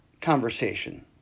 conversation